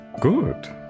good